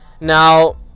Now